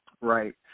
right